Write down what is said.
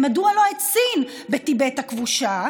מדוע לא את סין בטיבט הכבושה,